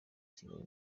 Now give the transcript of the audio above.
kigali